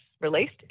released